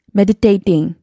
meditating